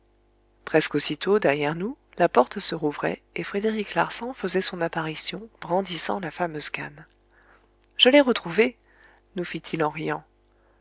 presque aussitôt derrière nous la porte se rouvrait et frédéric larsan faisait son apparition brandissant la fameuse canne je l'ai retrouvée nous fit-il